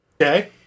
Okay